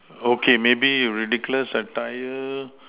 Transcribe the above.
okay maybe you ridiculous attire